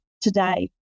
today